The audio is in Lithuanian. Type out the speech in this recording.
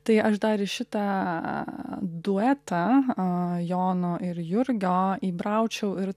tai aš dar į šitą duetą a jono ir jurgio įbraučiau ir